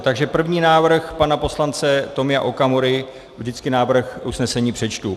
Takže první návrh pana poslance Tomia Okamury vždycky návrh usnesení přečtu.